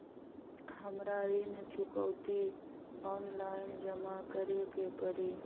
हमरा ऋण चुकौती ऑनलाइन जमा करे के परी?